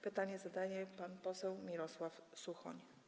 Pytanie zadaje pan poseł Mirosław Suchoń.